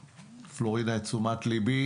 פלורינה הפנתה את תשומת ליבי.